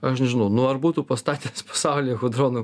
aš nežinau nu ar būtų pastatęs pasaulyje hadronų